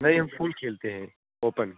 नहीं हम फुल खेलते हैं ओपन